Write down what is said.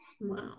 Wow